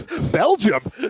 Belgium